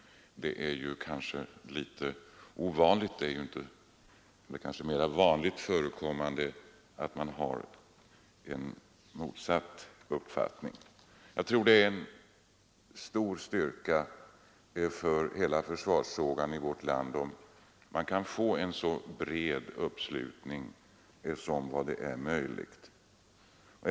Det är ju kanske mera vanligt förekommande att man har en motsatt uppfattning. Jag tror att det är en stor styrka för hela försvarsfrågan i vårt land om man kan få en så bred uppslutning kring den som det är möjligt.